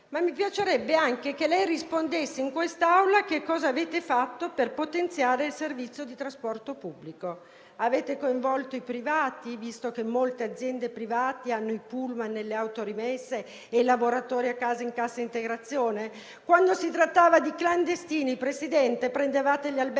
Mi piacerebbe altresì che lei rispondesse in quest'Aula su cosa avete fatto per potenziare il servizio di trasporto pubblico. Avete coinvolto i privati, visto che molte aziende private hanno i *pullman* nelle autorimesse e i lavoratori a casa in cassa integrazione? Quando si trattava di clandestini, signor Presidente del